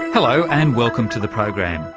hello, and welcome to the program.